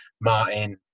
Martin